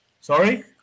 Sorry